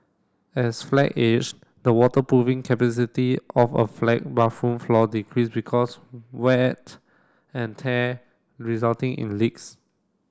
as flat age the waterproofing capacity of a flat bathroom floor decrease because wet and tear resulting in leaks